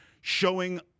showing